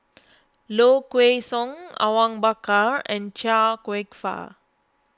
Low Kway Song Awang Bakar and Chia Kwek Fah